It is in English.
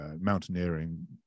mountaineering